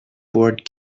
board